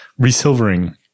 resilvering